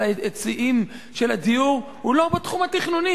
ההיצעים של הדיור הוא לא בתחום התכנוני,